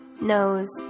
nose